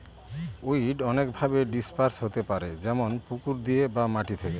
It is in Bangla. উইড অনেকভাবে ডিসপার্স হতে পারে যেমন পুকুর দিয়ে বা মাটি থেকে